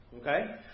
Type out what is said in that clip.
Okay